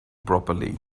properly